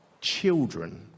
children